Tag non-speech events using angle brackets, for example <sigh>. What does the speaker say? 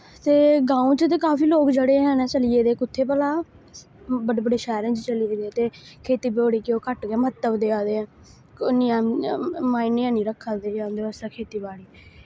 ते गाओं च ते काफी लोक जेह्ड़े हैन चली गेदे कुत्थे भला बड्डे बड्डे शैह्रें च चली गेदे ते खेती बाड़ी गी ओह् घट गै महत्तव देआ दे ऐ <unintelligible> माइने हैनी रक्खा दी ऐ उं'दे वास्तै खेती बाड़ी